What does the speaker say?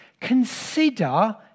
Consider